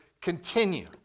continue